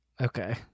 Okay